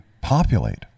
populate